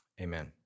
amen